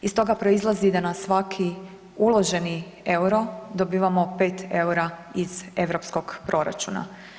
Iz toga proizlazi da na svaki uloženi EUR-o dobivamo 5 EUR-a iz europskog proračuna.